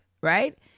right